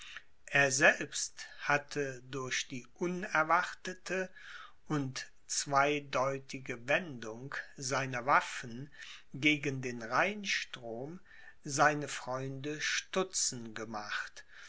er selbst hatte durch die unerwartete und zweideutige wendung seiner waffen gegen den rheinstrom seine freunde stutzen gemacht